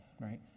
right